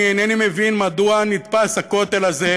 אני אינני מבין מדוע נתפס הכותל הזה,